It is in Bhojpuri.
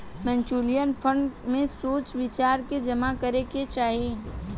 म्यूच्यूअल फंड में सोच विचार के जामा करे के चाही